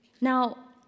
Now